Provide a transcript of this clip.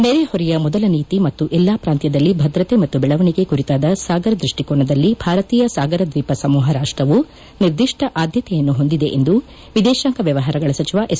ನೆರೆಹೊರೆಯ ಮೊದಲ ನೀತಿ ಮತ್ತು ಎಲ್ಲಾ ಪ್ರಾಂತ್ಯದಲ್ಲಿ ಭದ್ರತೆ ಮತ್ತು ಬೆಳವಣಿಗೆ ಕುರಿತಾದ ಸಾಗರ್ ದೃಷ್ಟಿಕೋನದಲ್ಲಿ ಭಾರತೀಯ ಸಾಗರ ದ್ವೀಪ ಸಮೂಹ ರಾಷ್ಟವು ನಿರ್ದಿಷ್ಟ ಆದ್ಯತೆಯನ್ನು ಹೊಂದಿದೆ ಎಂದು ವಿದೇಶಾಂಗ ವ್ಯವಹಾರಗಳ ಸಚಿವ ಎಸ್